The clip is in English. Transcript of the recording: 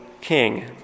king